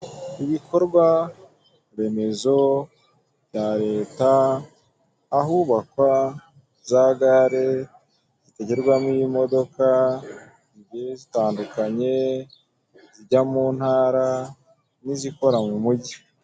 Ibikorwa remezo bya Leta ahubakwa za gare zitegerwamo imodoka zigiye zitandukanye zijya mu ntara n'izikora mu mujyi.